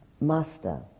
master